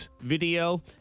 video